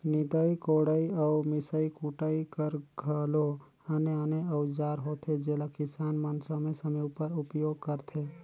निदई कोड़ई अउ मिसई कुटई कर घलो आने आने अउजार होथे जेला किसान मन समे समे उपर उपियोग करथे